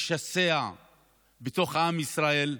לשסע בתוך עם ישראל.